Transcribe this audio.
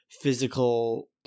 physical